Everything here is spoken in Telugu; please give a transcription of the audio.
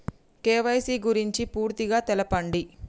కే.వై.సీ గురించి పూర్తిగా తెలపండి?